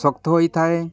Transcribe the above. ଶକ୍ତ ହୋଇଥାଏ